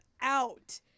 out